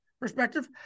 perspective